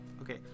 okay